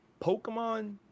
pokemon